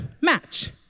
match